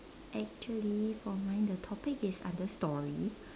actually for mine the topic is under stories